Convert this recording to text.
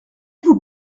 vous